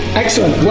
excellent,